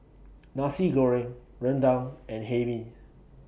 Nasi Goreng Rendang and Hae Mee